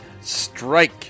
strike